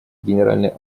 генеральной